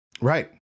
right